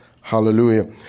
Hallelujah